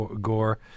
Gore